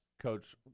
coach